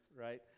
right